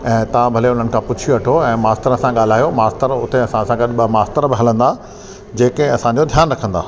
ऐं तव्हां भले हुननि खां पुछी वठो ऐं मास्तर सां ॻाल्हायो मास्तर उते असां सां गॾु ॿ मास्तर बि हलंदा जेके असांजो ध्यानु रखंदा